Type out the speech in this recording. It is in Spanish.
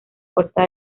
puerta